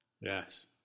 Yes